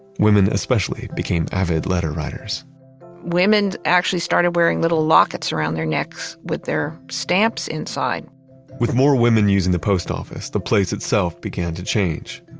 women especially became avid letter writers women actually started wearing little lockets around their necks with their stamps inside with more women using the post office, the place itself began to change.